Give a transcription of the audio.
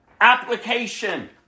application